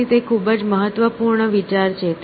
તેથી તે ખૂબ જ મહત્વપૂર્ણ વિચાર છે